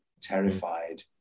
terrified